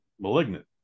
Malignant